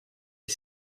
est